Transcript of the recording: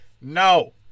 No